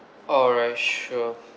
alright sure